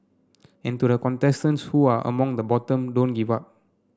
and to the contestants who are among the bottom don't give up